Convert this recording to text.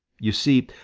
you see,